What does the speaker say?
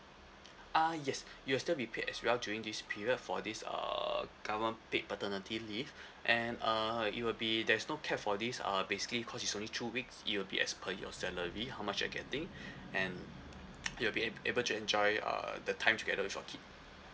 uh yes you will still be paid as well during this period for this err government paid paternity leave and uh it will be there's no cap for this uh basically cause is only two weeks it'll be as per your salary how much you're getting and you'll be ab~ able to enjoy uh the time together with your kid